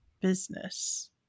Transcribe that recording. business